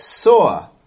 saw